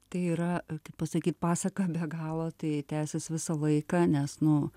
tai yra kaip pasakyt pasaka be galo tai tęsis visą laiką nes nu